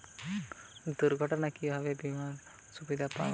দুর্ঘটনায় কিভাবে বিমার সুবিধা পাব?